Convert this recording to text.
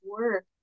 work